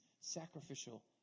sacrificial